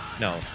No